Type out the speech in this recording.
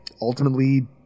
ultimately